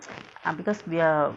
ah because we are